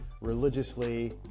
religiously